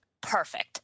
Perfect